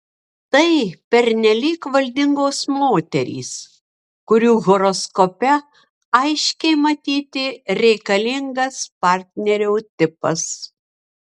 tai pernelyg valdingos moterys kurių horoskope aiškiai matyti reikalingas partnerio tipas